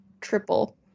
triple